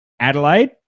Adelaide